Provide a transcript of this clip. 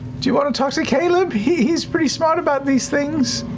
do you want to talk to caleb? he's pretty smart about these things.